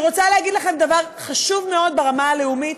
אני רוצה להגיד לכם דבר חשוב מאוד ברמה הלאומית.